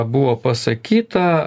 buvo pasakyta